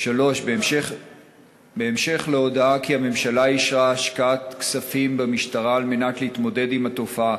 3. בהמשך להודעה שהממשלה אישרה השקעת כספים במשטרה להתמודדות עם התופעה,